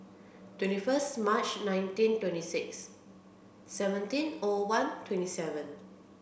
twenty fisrst March nineteen twenty six seventeen O one twenty seven